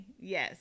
Yes